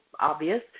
obvious